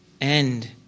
end